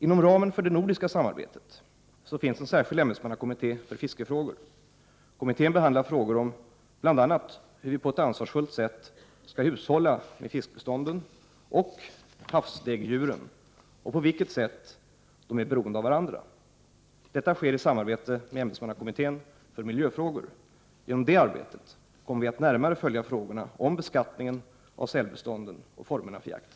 Inom ramen för det nordiska samarbetet finns en särskild ämbetsmannakommitté för fiskefrågor. Kommittén behandlar frågor om bl.a. hur vi på ett ansvarsfullt sätt skall hushålla med fiskbestånden och havsdäggdjuren och på vilket sätt de är beroende av varandra. Detta sker i samarbete med ämbetsmannakommittén för miljöfrågor. Genom detta arbete kommer vi att närmare följa frågorna om beskattningen av sälbestånden och formerna för jakten.